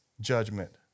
judgment